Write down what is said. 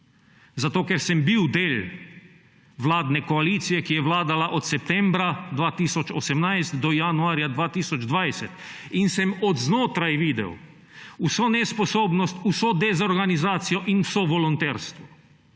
ker sem bil del vladne koalicije, ki je vladala od septembra 2018 do januarja 2020, in sem od znotraj videl vso nesposobnost, vso dezorganizacijo in vso volonterstvo.